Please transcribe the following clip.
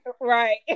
right